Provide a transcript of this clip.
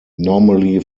normally